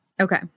Okay